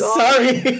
sorry